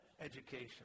education